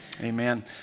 amen